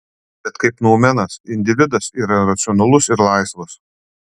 bet kaip noumenas individas yra racionalus ir laisvas